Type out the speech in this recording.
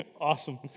Awesome